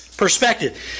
perspective